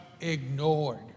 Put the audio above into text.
ignored